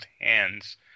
hands